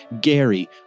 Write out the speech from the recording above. Gary